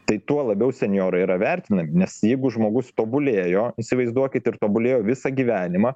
tai tuo labiau senjorai yra vertinami nes jeigu žmogus tobulėjo įsivaizduokit ir tobulėjo visą gyvenimą